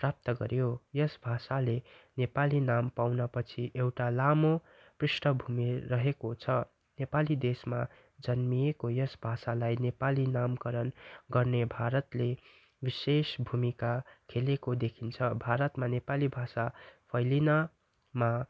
प्राप्त गऱ्यो यस भाषाले नेपाली नाम पाउनपछि एउटा लामो पृष्ठभूमि रहेको छ नेपाली देशमा जन्मिएको यस भाषालाई नेपाली नामकरण गर्ने भारतले विशेष भूमिका खेलेको देखिन्छ भारतमा नेपाली भाषा फैलिनमा